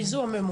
מי זו הממונה?